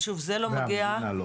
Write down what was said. המדינה לא